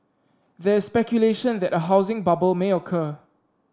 there is speculation that a housing bubble may occur